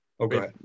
Okay